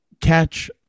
catch